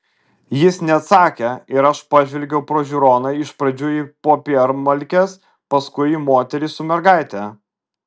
jis neatsakė ir aš pažvelgiau pro žiūroną iš pradžių į popiermalkes paskui į moterį su mergaite